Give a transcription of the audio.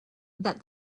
that